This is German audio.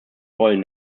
wollen